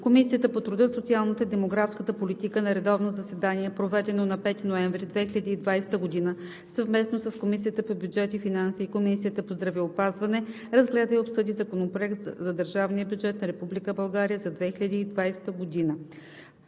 Комисията по труда, социалната и демографската политика на редовно заседание, проведено на 5 ноември 2020 г., съвместно с Комисията по бюджет и финанси и Комисията по здравеопазване, разгледа и обсъди Законопроекта за държавния бюджет на Република